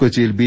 കൊച്ചി യിൽ ബി